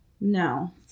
No